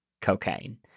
cocaine